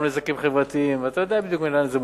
גם נזקים חברתיים, ואתה יודע בדיוק לאן זה מוביל.